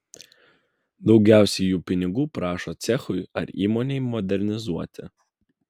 daugiausiai jų pinigų prašo cechui ar įmonei modernizuoti